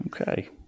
Okay